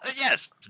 Yes